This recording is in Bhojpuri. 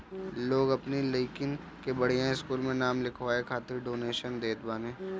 लोग अपनी लइकन के बढ़िया स्कूल में नाम लिखवाए खातिर डोनेशन देत बाने